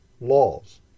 laws